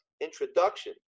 introduction